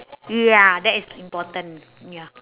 ya that is important ya